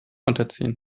unterziehen